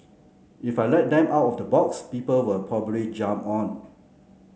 if I let them out of the box people will probably jump on